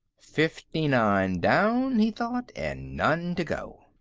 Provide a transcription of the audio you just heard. fifty-nine down, he thought, and none to go.